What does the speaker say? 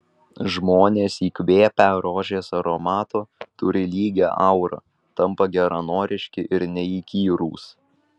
žmonės įkvėpę rožės aromato turi lygią aurą tampa geranoriški ir neįkyrūs